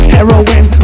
Heroin